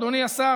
אדוני השר,